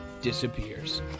disappears